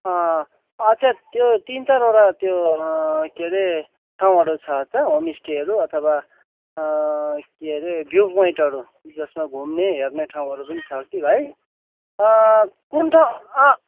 अँ अच्छा त्यो तिन चारवटा त्यो के रे ठाउँहरू छ त होमस्टेहरू अथवा के रे भ्यू पोइन्टहरू जसमा घुम्ने हेर्ने ठाउँहरू पनि छ कि भाइ कुन ठाउँ